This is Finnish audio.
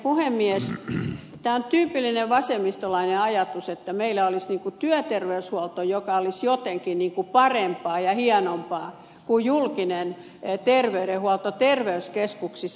tämä on tyypillinen vasemmistolainen ajatus että meillä olisi työterveyshuolto joka olisi jotenkin parempaa ja hienompaa kuin julkinen terveydenhuolto terveyskeskuksissa